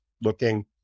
looking